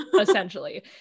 essentially